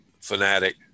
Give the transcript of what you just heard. fanatic